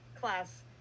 class